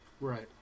Right